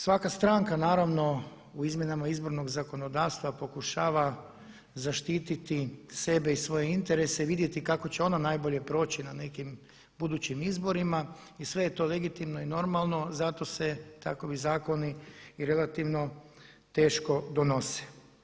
Svaka stranka naravno u izmjenama izbornog zakonodavstva pokušava zaštititi sebe i svoje interese i vidjeti kako će ona najbolje proći na nekim budućim izborima i sve je to legitimno i normalno, zato se takvi zakoni relativno teško donose.